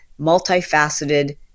multifaceted